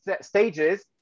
stages